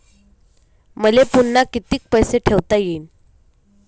मले पुन्हा कितीक पैसे ठेवता येईन?